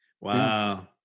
wow